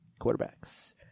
Quarterbacks